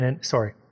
sorry